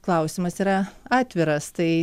klausimas yra atviras tai